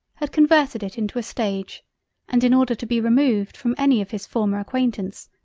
had converted it into a stage and in order to be removed from any of his former acquaintance,